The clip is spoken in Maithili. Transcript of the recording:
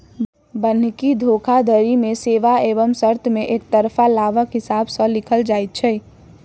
बन्हकी धोखाधड़ी मे सेवा एवं शर्त मे एकतरफा लाभक हिसाब सॅ लिखल जाइत छै